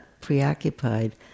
preoccupied